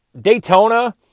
Daytona